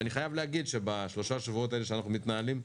אני חייב להגיד שבשלושה השבועות האלה שאנחנו מתנהלים,